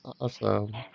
awesome